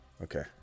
Okay